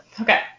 Okay